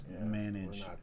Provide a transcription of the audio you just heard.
manage